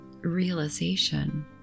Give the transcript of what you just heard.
realization